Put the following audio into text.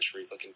looking